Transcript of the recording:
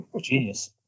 Genius